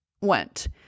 went